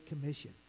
Commission